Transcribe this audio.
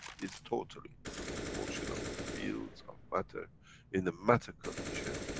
is totally motion of the fields of matter in the matter condition,